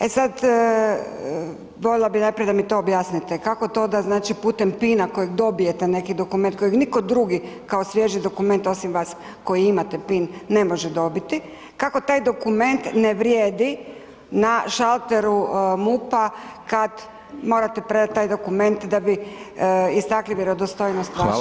E sad, volila bi najprije da mi to objasnite, kako to da znači putem pina kojeg dobijete neki dokument kojeg nitko drugi kao svježi dokument osim vas koji imate pin ne može dobiti, kako taj dokument ne vrijedi na šalteru MUP-a kad morate predati taj dokument da bi istakli vjerodostojnost vaše tvrtke.